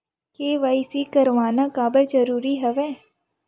KYC करवाना काबर जरूरी हवय?